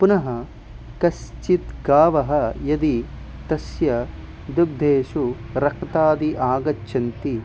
पुनः काश्चित् गावः यदि तासां दुग्धे रक्तादि आगच्छति